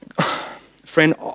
Friend